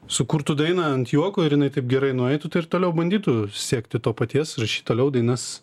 sukurtų dainą ant juoko ir jinai taip gerai nueitų tai ir toliau bandytų siekti to paties rašytų toliau dainas